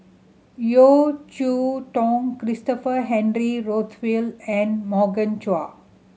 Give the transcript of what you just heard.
Yeo Cheow Tong Christopher Henry Rothwell and Morgan Chua